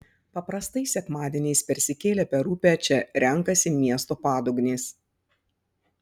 paprastai sekmadieniais persikėlę per upę čia renkasi miesto padugnės